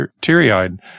teary-eyed